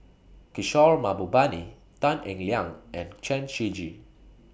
Kishore Mahbubani Tan Eng Liang and Chen Shiji